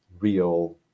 real